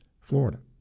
Florida